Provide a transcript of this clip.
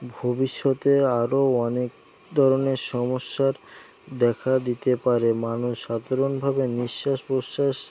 ভবিষ্যতে আরো অনেক ধরনের সমস্যার দেখা দিতে পারে মানুষ সাধারণভাবে নিঃশ্বাস প্রশ্বাস